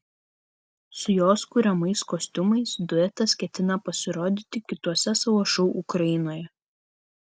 su jos kuriamais kostiumais duetas ketina pasirodyti kituose savo šou ukrainoje